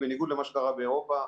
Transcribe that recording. בניגוד למה שקרה באירופה,